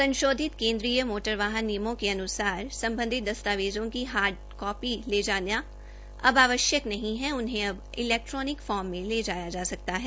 संशोधित केन्द्रीय मोटर वाहन नियमों के अनुसार संबंधित दस्तावेजों की हार्ड कापी ले जाना अब आवश्यक नहीं है उन्हें अब इलेक्ट्रानिक फोर्म में ले जाया जा सकता है